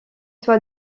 toi